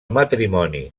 matrimoni